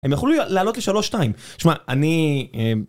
הם יכולו להעלות לשלוש שתיים, תשמע, אני...